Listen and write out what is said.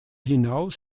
hinaus